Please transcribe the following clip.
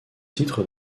titres